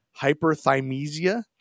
hyperthymesia